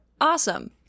awesome